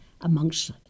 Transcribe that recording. amongst